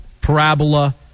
Parabola